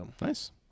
Nice